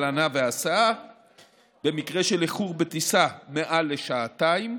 הלנה והסעה במקרה של איחור בטיסה מעל לשעתיים,